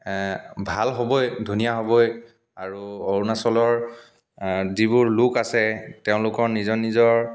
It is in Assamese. ভাল হ'বই ধুনীয়া হ'বই আৰু অৰুণাচলৰ যিবোৰ লোক আছে তেওঁলোকৰ নিজৰ নিজৰ